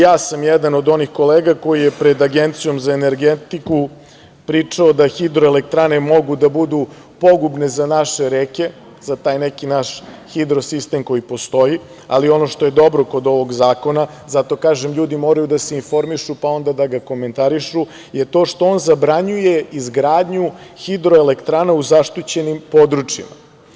Ja sam jedan od onih kolega koji je pred Agencijom za energetiku pričao da hidroelektrane mogu da budu pogubne za naše reke, za taj neki naš hidrosistem koji postoji, ali ono što je dobro kod ovog zakona, zato kažem – ljudi moraju da se informišu, pa onda da ga komentarišu, je to što on zabranjuje izgradnju hidroelektrana u zaštićenim područjima.